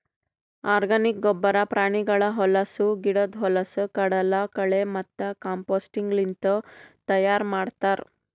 organic ಗೊಬ್ಬರ ಪ್ರಾಣಿಗಳ ಹೊಲಸು, ಗಿಡುದ್ ಹೊಲಸು, ಕಡಲಕಳೆ ಮತ್ತ ಕಾಂಪೋಸ್ಟ್ಲಿಂತ್ ತೈಯಾರ್ ಮಾಡ್ತರ್